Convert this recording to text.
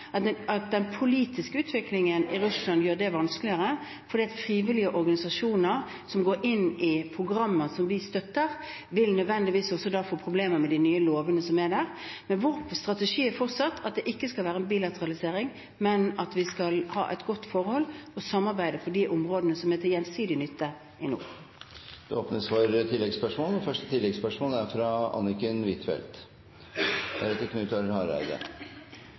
at den politiske utviklingen i Russland gjør det vanskeligere, fordi frivillige organisasjoner som går inn i programmer som vi støtter, nødvendigvis også vil få problemer med de nye lovene. Vår strategi er likevel fortsatt at det ikke skal være en bilateralisering, men at vi skal ha et godt forhold og samarbeide på de områdene som er til gjensidig nytte i nord. Det åpnes for oppfølgingsspørsmål – først fra Anniken Huitfeldt.